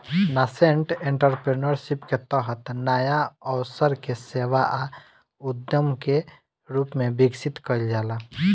nascent entrepreneurship के तहत नाया अवसर के सेवा आ उद्यम के रूप में विकसित कईल जाला